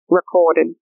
recorded